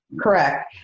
Correct